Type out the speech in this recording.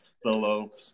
solo